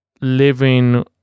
living